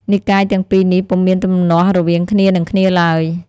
និកាយទាំងពីរនេះពុំមានទំនាស់រវាងគ្នានឹងគ្នាឡើយ។